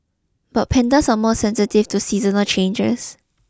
but pandas are more sensitive to seasonal changes